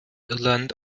irland